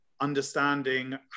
understanding